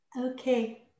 Okay